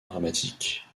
dramatique